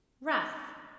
wrath